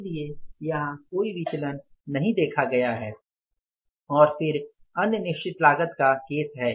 इसलिए यहाँ कोई विचलन नहीं देखा गया है और फिर अन्य निश्चित लागत का केस है